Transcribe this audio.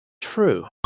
true